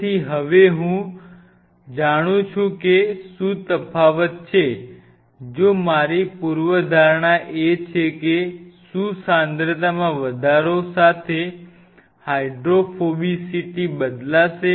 તેથી હવે હું હવે જાણું છું કે શું તફાવત છે જો મારી પૂર્વધારણા એ છે કે શું સાંદ્રતામાં વધારો સાથે હાઇડ્રોફોબિસિટી બદલાશે